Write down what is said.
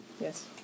Yes